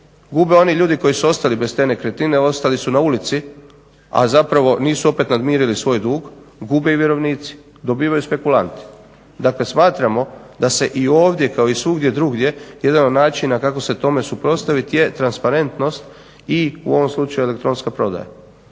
Gube oni ljudi koji su ostali bez te nekretnine, ostali su na ulici, a zapravo nisu opet namirili svoj dug, gube i vjerovnici, dobivaju spekulanti. Dakle, smatramo da se i ovdje kao i svugdje drugdje jedan od načina kako se tome suprotstaviti je transparentnost i u ovom slučaju elektronska prodaja,